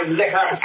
liquor